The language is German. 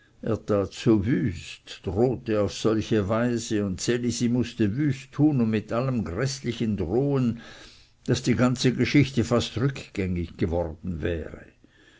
auf solche weise und ds elisi mußte wüst tun und mit allem gräßlichen drohen daß die ganze geschichte fast rückgängig geworden wäre